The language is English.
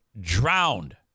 drowned